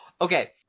Okay